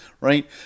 Right